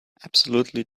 absolutely